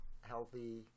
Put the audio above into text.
healthy